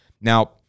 Now